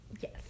Yes